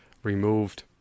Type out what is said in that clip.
Removed